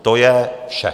To je vše.